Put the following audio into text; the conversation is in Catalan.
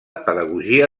pedagogia